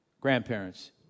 grandparents